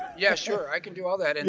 yeah, sure. i can do all that. and